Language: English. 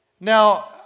Now